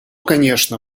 конечно